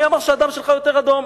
מי אמר שהדם שלך יותר אדום,